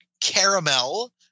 caramel